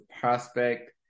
prospect